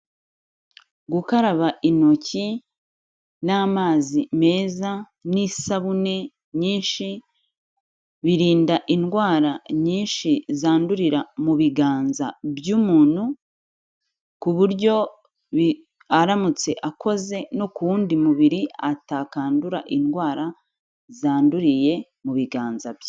Gukaraba intoki n'amazi meza n'isabune nyinshi birinda indwara nyinshi zandurira mu biganza by'umuntu, ku buryo aramutse akoze no ku wundi mubiri atakandura indwara zanduriye mu biganza bye.